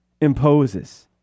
imposes